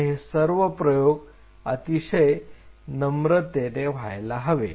पण हे सर्व प्रयोग अतिशय नम्रतेने व्हायला हवे